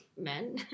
men